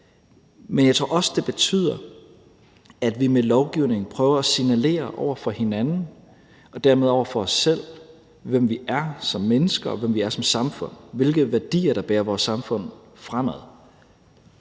Men jeg tror også, det betyder, at vi med lovgivningen prøver at signalere over for hinanden og dermed over for os selv, hvem vi er som mennesker, hvem vi er som samfund, og hvilke værdier der bærer vores samfund fremad,